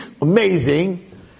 amazing